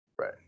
Right